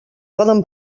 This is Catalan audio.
poden